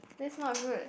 that's not good